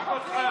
רק אותך,